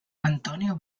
antonio